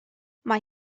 mae